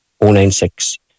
096